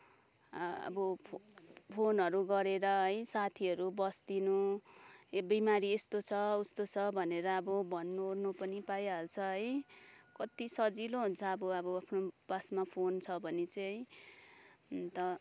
अब फोनहरू गरेर है साथीहरू बसिदिनु बिमारी यस्तो छ उस्तो छ भनेर भन्नु ओर्नु पनि पाइहाल्छ है कति सजिलो हुन्छ अब अब आफ्नो पासमा फोन छ भने चाहिँ है अन्त